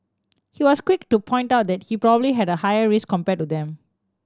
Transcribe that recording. he was quick to point out that he probably had a higher risk compared to them